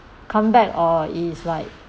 come back or is like